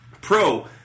Pro